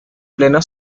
pleno